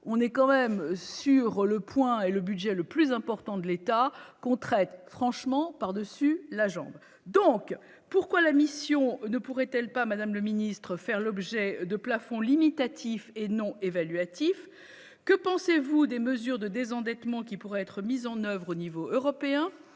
on est quand même sur le point, et le budget le plus important de l'État, on traite franchement par-dessus la jambe, donc pourquoi la mission ne pourrait-elle pas Madame le Ministre, faire l'objet de plafond limitatif et non évaluées, que pensez-vous des mesures de désendettement qui pourraient être mises en oeuvre au niveau européen